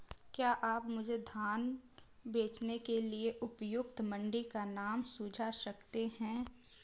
क्या आप मुझे धान बेचने के लिए उपयुक्त मंडी का नाम सूझा सकते हैं?